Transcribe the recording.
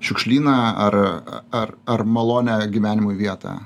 šiukšlyną ar ar ar malonią gyvenimui vietą